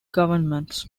governments